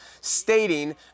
stating